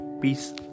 peace